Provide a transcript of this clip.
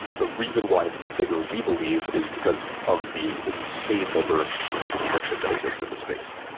the reason why it's not bigger, we believe, is because of the insane number of points of friction that exist in the space.